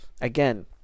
again